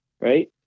right